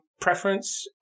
preference